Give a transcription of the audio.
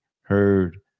heard